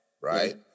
right